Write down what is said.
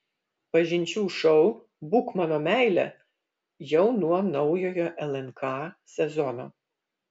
pažinčių šou būk mano meile jau nuo naujojo lnk sezono